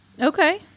Okay